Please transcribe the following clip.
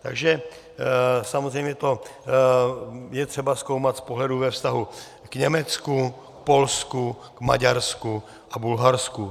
Takže samozřejmě to je třeba zkoumat z pohledu ve vztahu k Německu, Polsku, Maďarsku a Bulharsku.